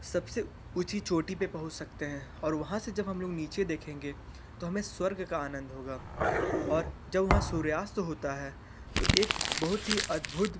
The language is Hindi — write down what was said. सबसे ऊँची चोटी पर पहुँच सकते हैं और वहाँ से जब हम लोग नीचे देखेंगे तो हमे स्वर्ग का आनंद होगा और जब वहाँ सूर्यास्त होता है तो एक बहुत ही अद्भुत